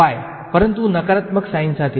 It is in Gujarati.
વિદ્યાર્થી y y પરંતુ નકારાત્મક સાઈન સાથે